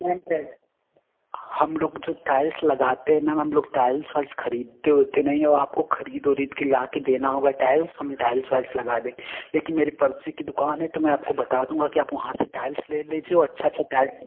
ma'am क्या है हम लोग जो टाइल्स लगाते हैं मैम हम लोग टाइल्स वाइल्स खरीदते ओदते नहीं हैं औ आपको खरीद ओरीद के लाके देना होगा टाइल्स हम टाइल्स वाइल्स लगा दें एक मेरी पड़ोसी की दुकान है तो मैं आपको बता दूँगा कि आप वहाँ से टाइल्स ले लीजिए और अच्छा अच्छा टाइल्स